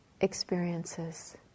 experiences